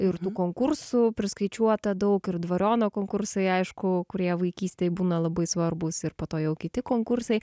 ir tų konkursų priskaičiuota daug ir dvariono konkursai aišku kurie vaikystėj būna labai svarbūs ir po to jau kiti konkursai